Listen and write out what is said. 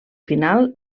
final